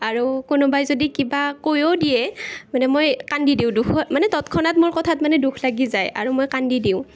আৰু কোনোবাই যদি কিবা কৈয়ো দিয়ে মানে মই কান্দি দিওঁ দুখত মানে তৎক্ষণাৎ মোৰ কথাত মানে দুখ লাগি যায় আৰু মই কান্দি দিওঁ